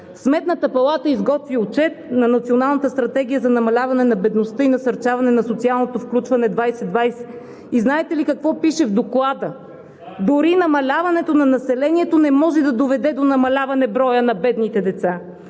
Сметната палата изготви Отчет на Националната стратегия за намаляване на бедността и насърчаване на социалното включване – 2020. Знаете ли какво пише в Доклада? Дори намаляването на населението не може да доведе до намаляване на броя на бедните деца,